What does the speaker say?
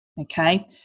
okay